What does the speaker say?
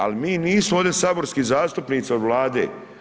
Ali mi nismo ovdje saborski zastupnici od Vlade.